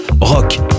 Rock